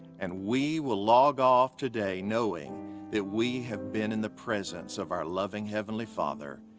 and we will log off today knowing that we have been in the presence of our loving heavenly father.